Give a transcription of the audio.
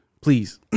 please